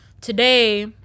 today